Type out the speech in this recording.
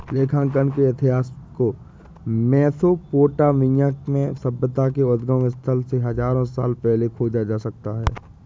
लेखांकन के इतिहास को मेसोपोटामिया में सभ्यता के उद्गम स्थल से हजारों साल पहले खोजा जा सकता हैं